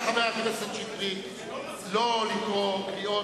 חבר הכנסת שטרית, אני קורא לך לא לקרוא קריאות.